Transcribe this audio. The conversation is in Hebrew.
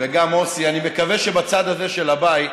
וגם מוסי, אני מקווה שבצד הזה של הבית,